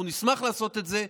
אנחנו נשמח לעשות את זה,